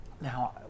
Now